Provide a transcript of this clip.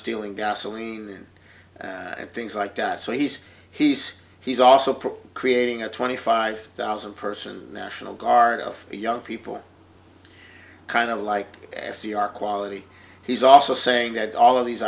stealing gasoline and things like that so he's he's he's also proposed creating a twenty five thousand person national guard of young people kind of like f d r quality he's also saying that all of these